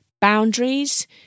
Boundaries